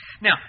Now